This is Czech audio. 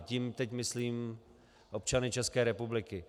Tím teď myslím občany České republiky.